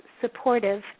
supportive